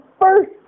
first